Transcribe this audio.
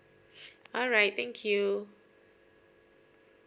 alright thank you